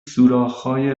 سوراخهای